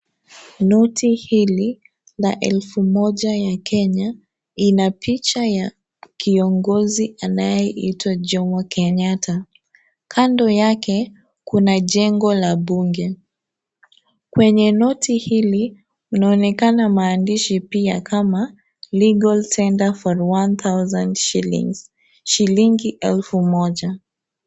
Noti hili la elfu moja ya Kenya Ina picha ya kiongozi anaye itwa Jomo Kenyatta. Kando yake Kuna jengo la bunge. Kuna noti hili Kunaonekana maandishi pia Kama legal tender for one thousand shillings shilingi elfu moja.